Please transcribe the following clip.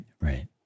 right